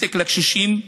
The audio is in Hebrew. ותק לקשישים,